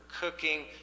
cooking